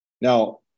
now